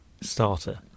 Starter